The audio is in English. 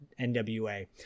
NWA